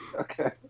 Okay